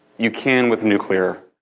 you can with nuclear.